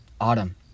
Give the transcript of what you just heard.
Autumn